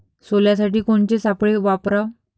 सोल्यासाठी कोनचे सापळे वापराव?